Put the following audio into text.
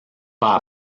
pas